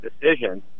decision